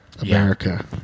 America